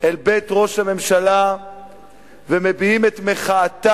אל בית ראש הממשלה ומביעים את מחאתם